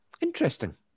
Interesting